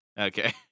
Okay